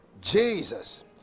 Jesus